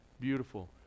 Beautiful